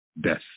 death